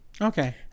Okay